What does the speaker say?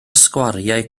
sgwariau